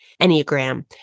Enneagram